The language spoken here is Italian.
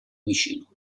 vicino